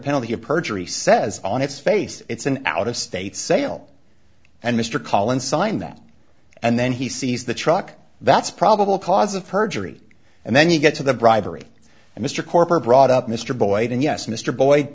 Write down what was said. penalty of perjury says on its face it's an out of state sale and mr collins signed that and then he sees the truck that's probable cause of perjury and then you get to the bribery and mr corker brought up mr boyd and yes mr boy